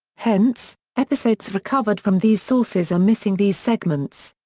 hence, episodes recovered from these sources are missing these segments.